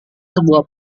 sebuah